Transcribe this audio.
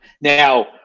Now